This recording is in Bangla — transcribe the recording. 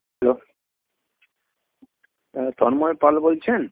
হ্যালো হ্যাঁ তন্ময় পাল বলছেন